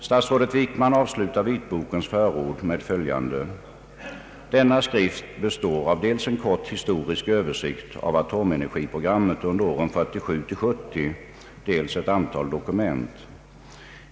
Stasrådet Wickman avslutar vitbokens förord med bl.a. följande: ”Denna skrift består av dels en kort historisk översikt av atomenergiprogrammet under åren 1947—1970, dels ett antal dokument.